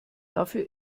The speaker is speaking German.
dafür